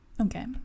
Okay